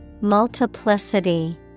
Multiplicity